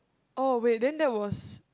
oh wait then that was